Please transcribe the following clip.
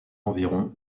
environ